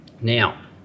Now